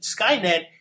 Skynet